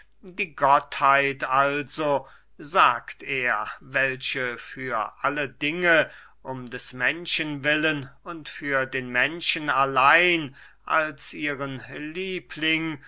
die gottheit also sagt er welche für alle dinge um des menschen willen und für den menschen allein als ihren liebling